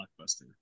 blockbuster